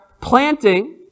planting